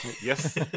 Yes